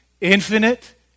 infinite